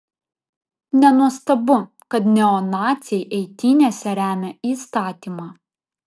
nenuostabu kad neonaciai eitynėse remia įstatymą